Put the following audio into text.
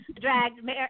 dragged